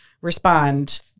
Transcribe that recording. respond